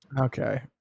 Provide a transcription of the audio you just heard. okay